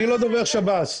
אני לא דובר שב"ס,